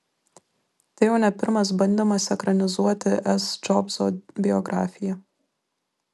tai jau ne pirmas bandymas ekranizuoti s džobso biografiją